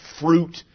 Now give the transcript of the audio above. fruit